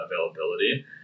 availability